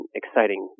exciting